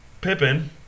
Pippin